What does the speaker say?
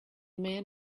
man